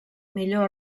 millor